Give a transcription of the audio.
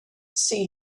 see